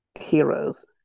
Heroes